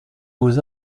beaux